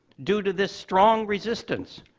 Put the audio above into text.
due to this strong resistance,